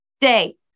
day